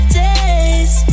days